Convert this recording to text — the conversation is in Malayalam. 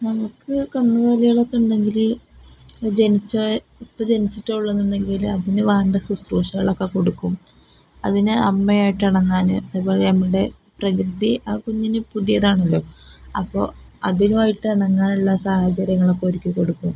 നമുക്ക് കന്നുകാലികളൊക്കെ ഉണ്ടെങ്കില് ജനിച്ച ഇപ്പോള് ജനിച്ചിട്ടേ ഉള്ളൂ എന്നുണ്ടെങ്കില് അതിനു വേണ്ട ശുശ്രൂഷകളൊക്കെ കൊടുക്കും അതിന് അമ്മയായിട്ട് ഇണങ്ങാന് അതുപോലെ നമ്മുടെ പ്രകൃതി ആ കുഞ്ഞിനു പുതിയതാണല്ലോ അപ്പോള് അതുമായിട്ട് ഇണങ്ങാനുള്ള സാഹചര്യങ്ങളൊക്കെ ഒരുക്കിക്കൊടുക്കും